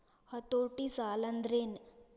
ಹತೋಟಿ ಸಾಲಾಂದ್ರೆನ್?